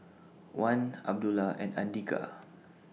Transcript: Wan Abdullah and Andika